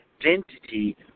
identity